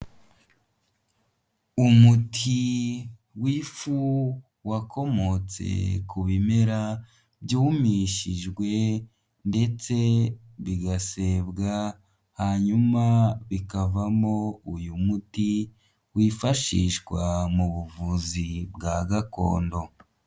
Umuti w'ifu wakomotse ku bimera byumishijwe ndetse bigasebwa hanyuma bikavamo uyu muti wifashishwa mu buvuzi bwa gakondo.